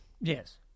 Yes